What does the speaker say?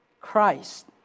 Christ